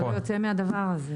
אתה לא יוצא מהדבר הזה.